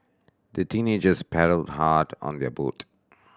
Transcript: the teenagers paddled hard on their boat